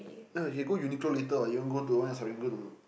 uh he go Uniqlo later ah you want go to one at Serangoon or not